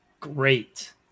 great